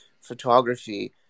photography